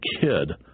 kid